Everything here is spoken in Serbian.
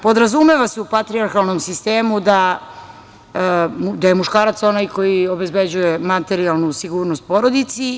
Podrazumeva se u patrijarhalnom sistemu da je muškarac onaj koji obezbeđuje materijalnu sigurnost porodici.